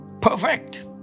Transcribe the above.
perfect